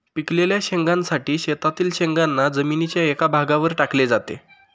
पिकलेल्या शेंगांसाठी शेतातील शेंगांना जमिनीच्या एका भागावर टाकले जाते